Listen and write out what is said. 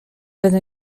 będę